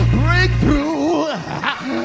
breakthrough